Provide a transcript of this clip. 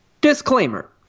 Disclaimer